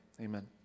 amen